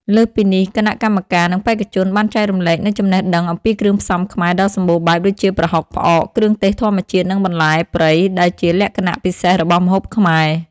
លើសពីនេះ គណៈកម្មការ និងបេក្ខជនបានចែករំលែកនូវចំណេះដឹងអំពីគ្រឿងផ្សំខ្មែរដ៏សម្បូរបែប ដូចជា ប្រហុក ផ្អក គ្រឿងទេសធម្មជាតិ និងបន្លែព្រៃដែលជាលក្ខណៈពិសេសរបស់ម្ហូបខ្មែរ។